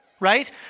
right